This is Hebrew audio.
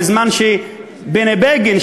בזמן שבני בגין,